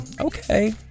okay